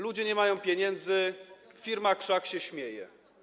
Ludzie nie mają pieniędzy, firma krzak się śmieje.